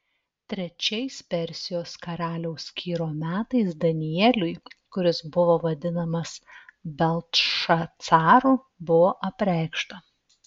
trečiais persijos karaliaus kyro metais danieliui kuris buvo vadinamas beltšacaru buvo apreikšta